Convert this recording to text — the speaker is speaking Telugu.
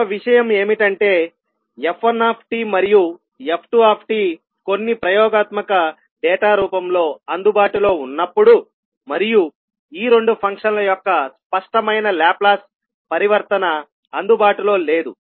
మరొక విషయం ఏమిటంటేf1 మరియు f2 కొన్ని ప్రయోగాత్మక డేటా రూపంలో అందుబాటులో ఉన్నప్పుడు మరియు ఈ రెండు ఫంక్షన్ల యొక్క స్పష్టమైన లాప్లాస్ పరివర్తన అందుబాటులో లేదు